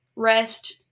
Rest